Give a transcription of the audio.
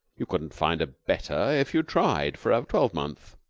you couldn't find a better if you tried for a twelvemonth.